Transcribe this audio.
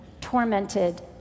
tormented